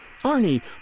Arnie